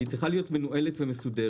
והיא צריכה להיות מנוהלת ומסודרת.